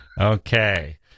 Okay